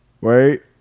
Wait